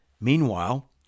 meanwhile